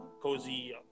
cozy